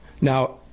Now